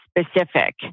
specific